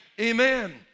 Amen